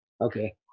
Okay